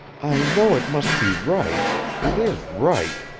i know it must be right it is right,